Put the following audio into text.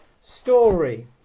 story